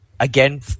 again